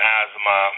asthma